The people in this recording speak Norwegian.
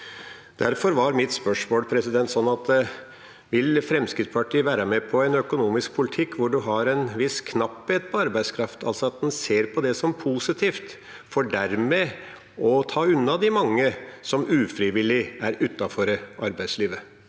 Derfor var mitt spørsmål sånn: Vil Fremskrittspartiet være med på en økonomisk politikk hvor en har en viss knapphet på arbeidskraft, altså at en ser på det som positivt, for dermed å ta unna de mange som ufrivillig er utenfor arbeidslivet?